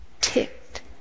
ticked